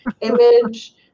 image